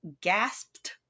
gasped